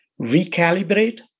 recalibrate